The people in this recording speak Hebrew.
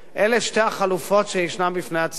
אלה שתי החלופות שיש בפני הציבור.